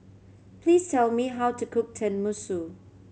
please tell me how to cook Tenmusu